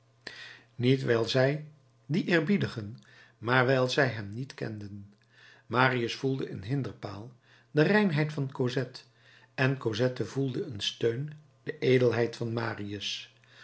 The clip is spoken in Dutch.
niet wijl zij dien eerbiedigden maar wijl zij hem niet kenden marius voelde een hinderpaal de reinheid van cosette en cosette voelde een steun de edelheid van marius